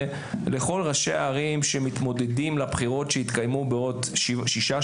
לכל ראשי ערים שמתמודדים לבחירות שהתקיימו בעוד שישה,